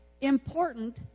important